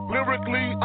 Lyrically